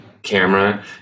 camera